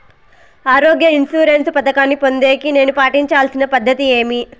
ఆరోగ్య ఇన్సూరెన్సు పథకాన్ని పొందేకి నేను పాటించాల్సిన పద్ధతి ఏమి?